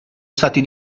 stati